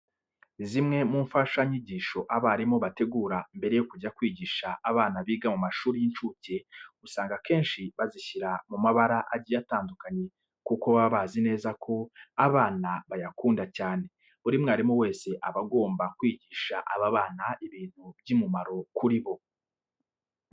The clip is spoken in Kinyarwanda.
Zimwe mu mfashanyigisho abarimu bategura mbere yo kujya kwigisha abana biga mu mashuri y'incuke, usanga akenshi bazishyira mu mabara agiye atandukanye kuko baba bazi neza ko abana bayakunda cyane. Buri mwarimu wese aba agomba kwigisha aba bana ibintu by'umumaro kuri bo.